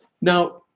now